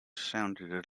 sounded